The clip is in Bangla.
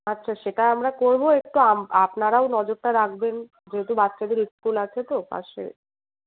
আচ্ছা সেটা আমরা করবো একটু আপনারাও নজরটা রাখবেন যেহেতু বাচ্চাদের স্কুল আছে তো পাশে